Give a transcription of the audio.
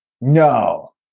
No